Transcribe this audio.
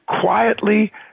quietly